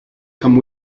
come